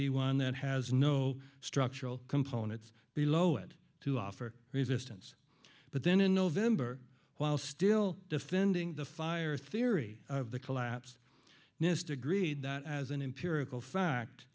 be one that has no structural components below it to offer resistance but then in november while still defending the fire theory of the collapse nist agreed that as an empirical fact